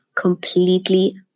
Completely